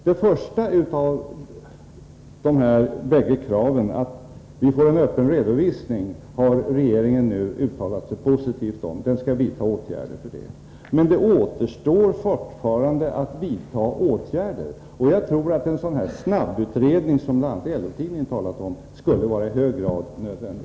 Det första av dessa bägge krav, att vi måste få en öppen redovisning, har regeringen nu uttalat sig positivt om — regeringen skall vidta åtgärder. Men det återstår fortfarande att vidta åtgärder, och jag tror att en sådan här snabbutredning, som bl.a. LO-tidningen talat om, skulle vara i hög grad nödvändig.